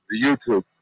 youtube